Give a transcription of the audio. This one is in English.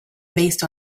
based